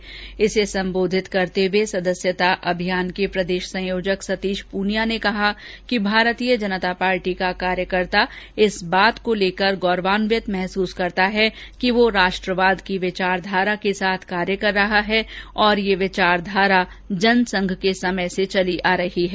कार्यशाला को संबोधित करते हुए सदस्यता अभियान के प्रदेश संयोजक सतीश प्रनिया ने कहा कि भारतीय जनता पार्टी का कार्यकर्ता इस बात को लेकर गौरवान्वित महसूस करता है कि वह राष्ट्रवाद की विचारधारा के साथ कार्य कर रहा है और यह विचारधारा जनसंघ के समय से चली आ रही है